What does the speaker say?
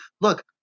Look